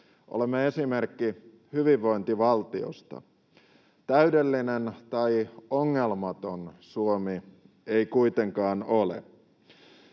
Olemme esimerkki hyvinvointivaltiosta. Täydellinen tai ongelmaton Suomi ei kuitenkaan ole.